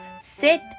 sit